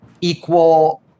equal –